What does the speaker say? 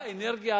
האנרגיה,